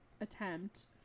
attempt